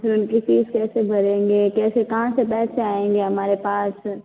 फिर उनकी फीस कैसे भरेंगे कैसे कहाँ से पैसे आएंगे हमारे पास